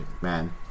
Man